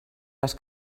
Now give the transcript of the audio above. les